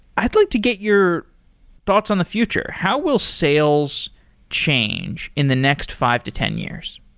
i'd like to get your thoughts on the future. how will sales change in the next five to ten years?